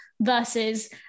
versus